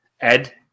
Ed